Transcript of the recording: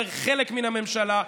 שהוא חלק מהממשלה,